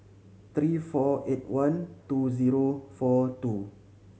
three four eight one two zero four two